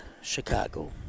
Chicago